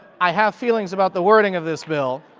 i have feelings about the wording of this bill.